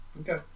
Okay